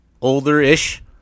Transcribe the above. older-ish